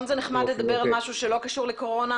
הם היו צריכים לקבל תקנים ובאמת